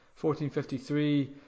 14.53